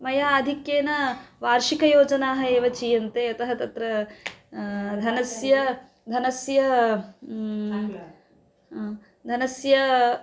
मया आधिक्येन वार्षिकयोजनाः एव चीयन्ते यतः तत्र धनस्य धनस्य धनस्य